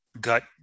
gut